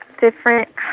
Different